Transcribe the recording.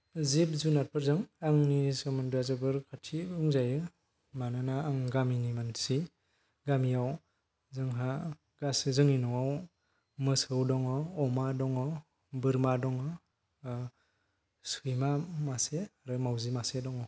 जिब जुनारफोरजों आंनि सोमोन्दोआ जोबोर खाथि बुंजायो मानोना आं गामिनि मानसि गामियाव जोंहा गासै जोंनि न'आव मोसौ दङ अमा दङ बोरमा दङ सैमा मासे आरो माउजि मासे दङ